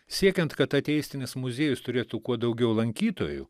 siekiant kad ateistinis muziejus turėtų kuo daugiau lankytojų